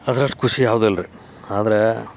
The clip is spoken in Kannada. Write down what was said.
ಅದ್ರಷ್ಟು ಖುಷಿ ಯಾವ್ದೂ ಇಲ್ಲ ರೀ ಆದ್ರೆ